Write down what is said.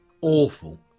awful